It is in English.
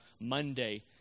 Monday